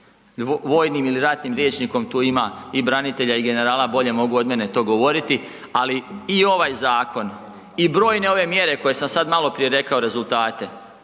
Vojnim ili ratnim rječnikom, tu ima i branitelja i generala, bolje mogu od mene to govoriti, ali i ovaj zakon, i brojne ove mjere koje sam sad maloprije rekao, rezultate,